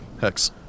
hex